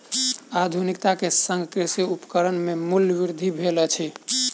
आधुनिकता के संग कृषि उपकरण के मूल्य वृद्धि भेल अछि